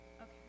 Okay